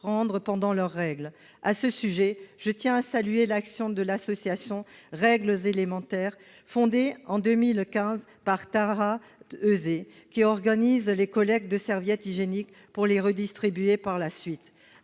pendant leurs règles. À ce sujet, je tiens à saluer l'action de l'association Règles élémentaires, fondée en 2015 par Tara Heuzé, qui organise des collectes de serviettes hygiéniques. Grâce à cette association,